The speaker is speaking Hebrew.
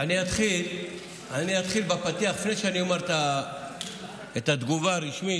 אני אתחיל בפתיח לפני שאומר את התגובה הרשמית,